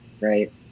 right